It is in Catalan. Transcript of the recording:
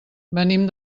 venim